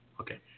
Okay